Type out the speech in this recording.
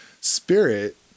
Spirit